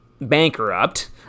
bankrupt